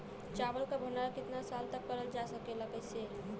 चावल क भण्डारण कितना साल तक करल जा सकेला और कइसे?